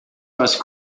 must